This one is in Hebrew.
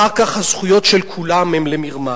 אחר כך הזכויות של כולם הן למרמס.